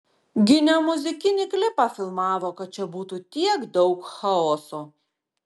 gi ne muzikinį klipą filmavo kad čia būtų tiek daug chaoso